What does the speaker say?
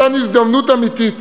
מתן הזדמנות אמיתית,